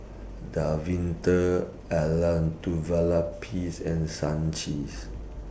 Davinder Elattuvalapil's and Sachin's